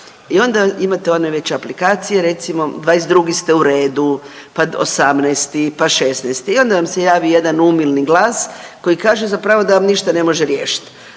I onda imate već one aplikacije, recimo 22. ste u redu, pa 18., pa 16. i onda vam se javi jedan umilni glas koji kaže zapravo da vam ništa ne može riješit,